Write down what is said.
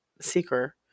seeker